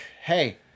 hey